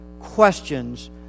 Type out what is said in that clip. questions